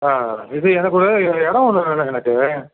ஆ இது எனக்கு இடம் ஒன்று வேணும் எனக்கு